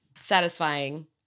Satisfying